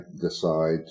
decide